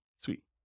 Sweet